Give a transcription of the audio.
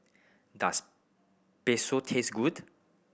does Bakso taste good